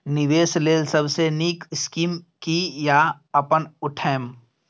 निवेश लेल सबसे नींक स्कीम की या अपन उठैम?